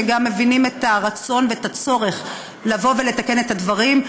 שגם מבינים את הרצון ואת הצורך לתקן את הדברים,